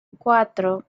cuatro